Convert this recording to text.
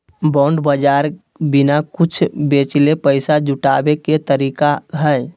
bond बाज़ार बिना कुछ बेचले पैसा जुटाबे के तरीका हइ